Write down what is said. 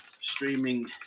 streaming